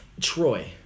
Troy